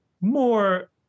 more